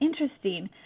interesting